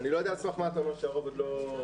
אני לא יודע על סמך מה אתה אומר שהרוב עוד לא חזר,